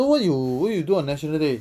so what you what you do on national day